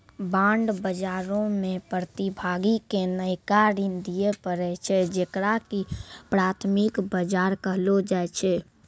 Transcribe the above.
bond बजारो मे प्रतिभागी के नयका ऋण दिये पड़ै छै जेकरा की प्राथमिक बजार कहलो जाय छै